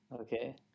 Okay